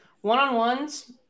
One-on-ones